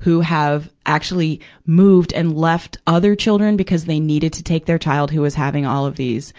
who have actually moved and left other children because the needed to take their child, who is having all of these,